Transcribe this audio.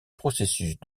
processus